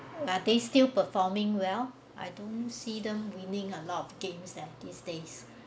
are they still performing well I don't see them winning a lot of games leh these days